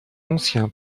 ancien